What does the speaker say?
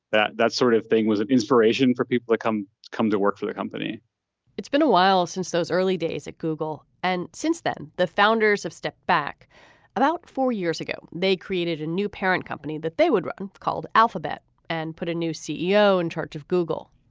that that sort of thing, was an inspiration for people to come come to work for their company it's been a while since those early days at google. and since then, the founders have stepped back about four years ago. they created a new parent company that they would run called alphabet and put a new ceo in charge of google